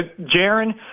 Jaron